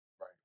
Right